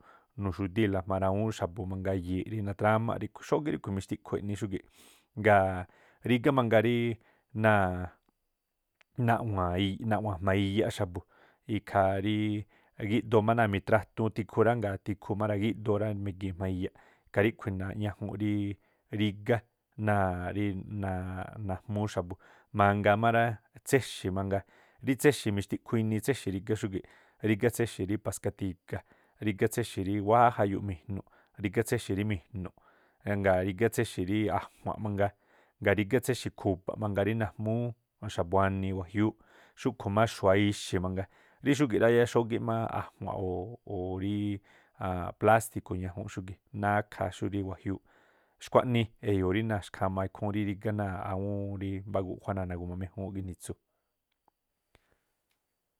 Nuxu̱díi̱la jma̱a rawúúnꞌ xa̱bu̱ mangaa yi̱i̱ꞌ rí natrámáꞌ, ríꞌkhu̱ xógíꞌ ríꞌkhu̱ mixtikhuu e̱ꞌni xúgi̱ꞌ. Ngaa rígá mangaa rí náa̱ naꞌwa̱a̱n ii naꞌwa̱a̱n jma̱a iyaꞌ xa̱bu̱ ikhaa rí gíꞌdoo máa náa̱ mitratuun tiku rá ngaa̱ tikhuu má ra̱gíꞌdoo rá migi̱i̱n jma̱a iyaꞌ ikhaa ríꞌkhui̱ ñajuunꞌ rí rígá, náa̱ rí najmúú xa̱bu̱. Mangaa má ráá, tséxi̱ mangaa rí tséxi̱ mixtikhuu inii tséxi̱ rígá xúgi̱ꞌ, rígá tséxi̱ rí paska ti̱ga̱, rígá tséxi̱ rí wáá jayuuꞌ mi̱jnu̱ꞌ, rígá tséxi̱ rí mi̱jnu̱ꞌ, ngaa̱ rígá tséxi̱ rí ajua̱nꞌ mangaa, ngaa̱ rígá tséxi̱ khu̱ba̱ mangaa rí najmúú xa̱bua̱nii wajiúúꞌ, xúꞌkhu̱ má xu̱a ixi̱ mangaa, rí xúgi̱ꞌ rá yáá xógíꞌ má a̱jua̱nꞌ o̱ ii plástiku̱ ñajuunꞌ xúgi̱ꞌ nákhaa xurí wajiúú. Xkuaꞌnii eyo̱o̱ rí naxkhamaa ikhúún rí rígá náa̱ awúún mbá guꞌjuá náa̱ nagu̱ma méjúúnꞌ ginitsu.